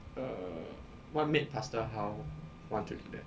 err what made pastor hao want to do that